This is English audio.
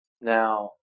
Now